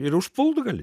ir užpult gali